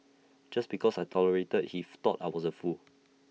just because I tolerated he thought I was A fool